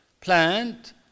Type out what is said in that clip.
plant